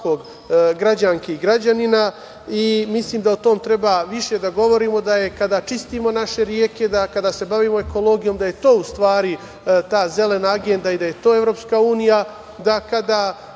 svake građanke i građanina i mislim da o tome treba više da govorimo, da je kada čistimo naše reke, kada se bavimo ekologijom, da je to u stvari ta "Zelena agenda" i da je to EU, da kada